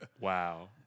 Wow